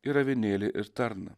ir avinėlį ir tarną